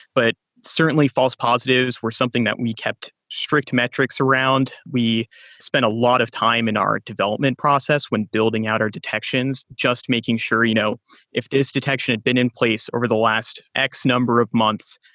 but certainly false positives were something that we kept strict metrics around. we spent a lot of time in our development process when building out our detections. just making sure you know if this detection had been in place over the last x number of months,